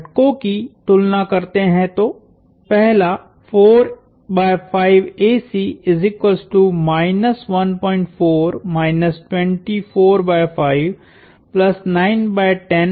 घटकों की तुलना करते है तो पहलाहै